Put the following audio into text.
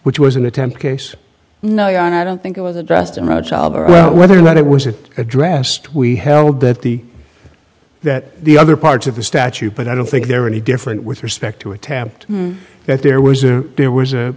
which was an attempt case no i don't think it was addressed and whether or not it was addressed we held that the that the other parts of the statute but i don't think they're any different with respect to attempt that there was or there was a